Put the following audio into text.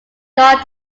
not